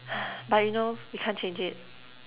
but you know we can't change it